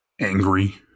angry